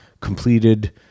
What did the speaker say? completed